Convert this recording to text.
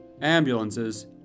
ambulances